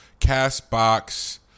CastBox